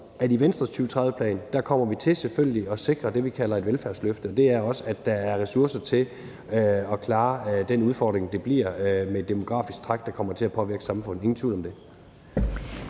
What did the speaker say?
i Venstres 2030-plan kommer vi selvfølgelig til at sikre det, vi kalder et velfærdsløft, og det er også, at der er ressourcer til at klare den udfordring, det bliver med det demografiske træk, der kommer til at påvirke samfundet